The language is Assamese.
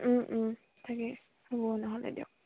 থাকে হ'ব নহ'লে দিয়ক